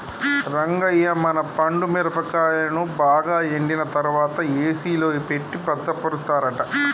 రంగయ్య మన పండు మిరపకాయలను బాగా ఎండిన తర్వాత ఏసిలో ఎట్టి భద్రపరుస్తారట